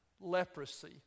leprosy